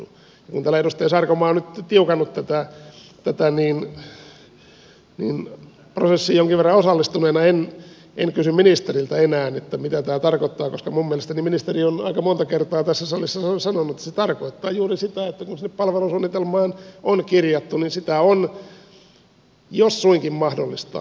kun täällä edustaja sarkomaa on nyt tiukannut tätä niin prosessiin jonkin verran osallistuneena en kysy ministeriltä enää mitä tämä tarkoittaa koska minun mielestäni ministeri on aika monta kertaa tässä salissa sanonut että se tarkoittaa juuri sitä että kun sinne palvelusuunnitelmaan on kirjattu niin sitä on jos suinkin mahdollista pystyttävä noudattamaan